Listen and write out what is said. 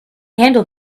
handle